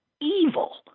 evil